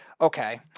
Okay